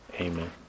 Amen